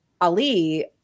Ali